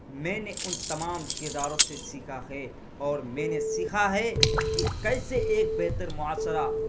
میں نے ان تمام کرداروں سے سیکھا ہے اور میں نے سیکھا ہے کہ کیسے ایک بہتر معاشرہ